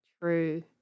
True